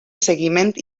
seguiment